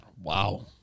wow